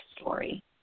story